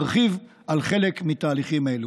ארחיב על חלק מתהליכים אלו: